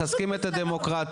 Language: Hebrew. מחזקים את הדמוקרטיה.